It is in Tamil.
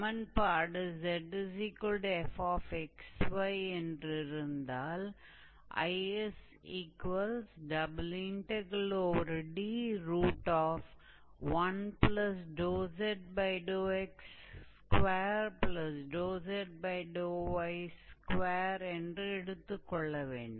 சமன்பாடு 𝑧𝑓𝑥𝑦 என்றிருந்தால் IsD1zx2zy2 என்று எடுத்துக்கொள்ள வேண்டும்